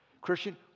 Christian